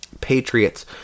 Patriots